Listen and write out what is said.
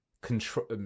control